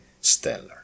stellar